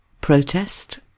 Protest